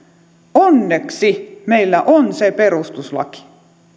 onneksi meillä on se perustuslaki